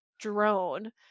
drone